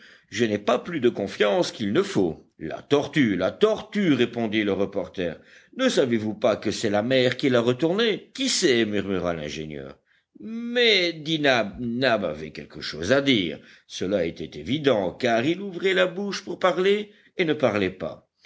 je n'ai pas plus de confiance qu'il ne faut la tortue la tortue répondit le reporter ne savez-vous pas que c'est la mer qui l'a retournée qui sait murmura l'ingénieur mais dit nab nab avait quelque chose à dire cela était évident car il ouvrait la bouche pour parler et ne parlait pas